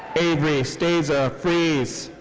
averi stasia freese.